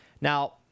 Now